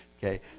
Okay